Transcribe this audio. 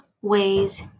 ways